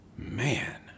Man